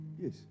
Yes